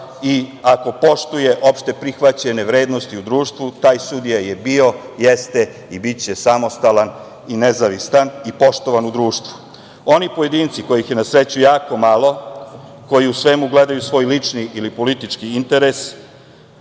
i ako poštuje opšte prihvaćene vrednosti u društvu, taj sudija je bio, jeste i biće samostalan i nezavistan i poštovan u društvu. Oni pojedinci kojih je na sreću jako malo, koji u svemu gledaju svoj lični ili politički interes,